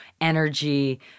energy